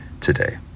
today